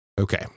Okay